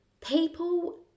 people